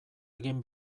egin